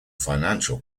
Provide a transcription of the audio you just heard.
financial